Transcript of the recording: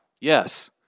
Yes